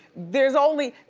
there's only,